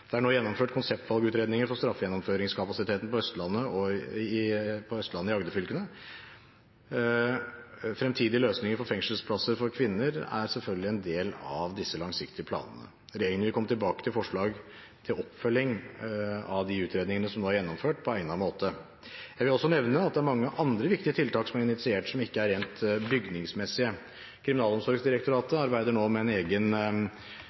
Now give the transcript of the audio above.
Det er nå gjennomført konseptvalgutredninger for straffegjennomføringskapasiteten på Østlandet og i Agder-fylkene. Fremtidige løsninger for fengselsplasser for kvinner er selvfølgelig en del av disse langsiktige planene. Regjeringen vil komme tilbake til forslag til oppfølging av de utredningene som nå er gjennomført, på egnet måte. Jeg vil også nevne at det er mange andre viktige tiltak som er initiert, som ikke er rent bygningsmessige. Kriminalomsorgsdirektoratet arbeider nå med en egen